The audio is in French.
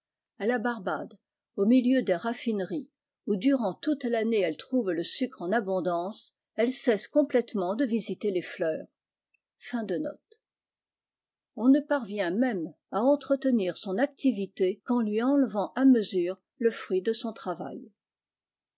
à la barau milieu des raffineries où durant toute tannée elles vent le sucre en abondance elles cessent complètet de visiter les fleurs on ne parvient même à entretenir son activité qu'en lui enlevant à nciesure le fruit de son travail